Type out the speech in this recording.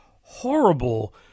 horrible